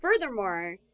Furthermore